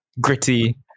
gritty